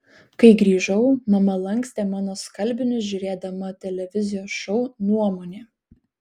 kai grįžau mama lankstė mano skalbinius žiūrėdama televizijos šou nuomonė